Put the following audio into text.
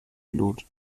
blut